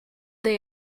they